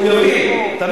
הוא יבין.